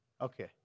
okay